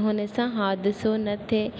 हुन सां हादिसो न थिए